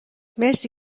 مرسی